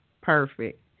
Perfect